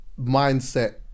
mindset